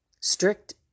strict